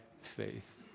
faith